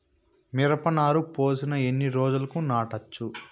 మిరప నారు పోసిన ఎన్ని రోజులకు నాటచ్చు?